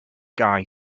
guy